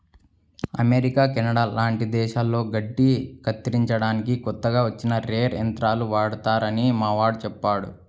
America, Canada లాంటి దేశాల్లో గడ్డి కత్తిరించడానికి కొత్తగా వచ్చిన రేక్ యంత్రాలు వాడతారని మావోడు చెప్పాడు